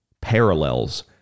parallels